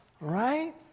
right